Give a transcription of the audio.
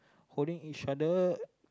holding each other